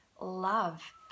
love